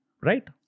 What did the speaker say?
Right